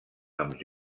amb